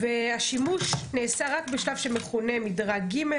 השימוש נעשה רק בשלב שמכונה מדרג ג',